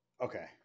Okay